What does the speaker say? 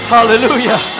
Hallelujah